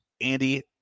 Andy